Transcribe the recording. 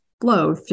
flow